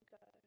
go